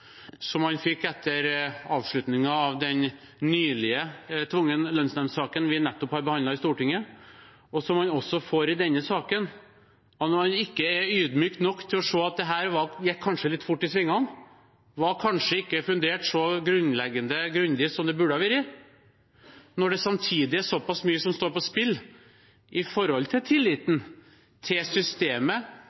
som man fikk etter avslutningen av den nylige tvungne lønnsnemndssaken vi nettopp har behandlet i Stortinget, og som man også får i denne saken, er man ikke ydmyk nok til å se at dette kanskje gikk litt fort i svingene, var kanskje ikke fundert så grunnleggende grundig som det burde ha vært, når det samtidig er så pass mye som står på spill når det gjelder tilliten til systemet